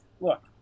look